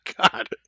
God